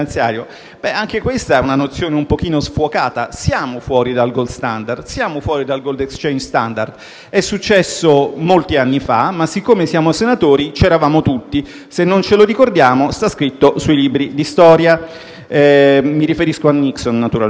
finanziario è una nozione un po' sfuocata. Siamo fuori dal *gold standard*, siamo fuori dal *gold exchange standard*. È successo molti anni fa ma, siccome siamo senatori, c'eravamo tutti e, se non ce lo ricordiamo, sta scritto nei libri di storia. Mi riferisco a Nixon, naturalmente.